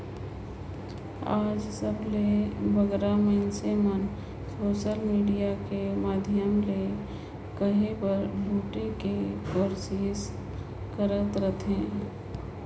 आएज सबले बगरा मइनसे मन सोसल मिडिया कर माध्यम ले कहे बर लूटे कर कोरनिस करत अहें